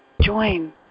Join